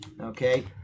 Okay